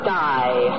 die